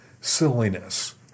silliness